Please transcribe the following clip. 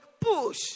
Push